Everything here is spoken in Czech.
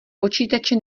počítače